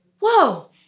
whoa